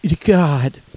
God